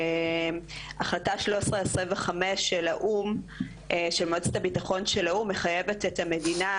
החלטה 1325 של מועצת הביטחון של האו"ם מחייבת את המדינה,